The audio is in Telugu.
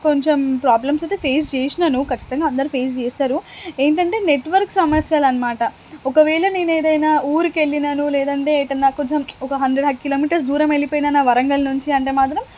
కొంచెం ప్రాబ్లమ్స్ అయితే ఫేస్ చేసినాను ఖచ్చితంగా అందరూ ఫేస్ చేస్తారు ఏంటంటే నెట్వర్క్ సమస్యలనమాట ఒకవేళ నేనేదైనా ఊరికెళ్ళినను లేదంటే ఎటన్నా కొంచెం ఒక హండ్రెడ్ అట్ కిలోమీటర్స్ దూరం వెళ్ళిపోయినాను వరంగల్ నుంచి అంటే మాత్రం